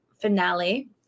finale